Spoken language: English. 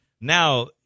Now